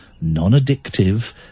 non-addictive